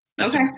Okay